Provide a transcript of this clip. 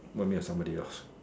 what you mean by somebody else